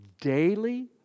daily